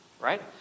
Right